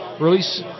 release